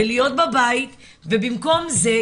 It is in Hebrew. ולהיות בבית ובמקום זה,